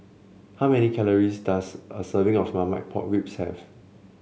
how many calories does a serving of Marmite Pork Ribs have